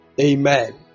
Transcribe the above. Amen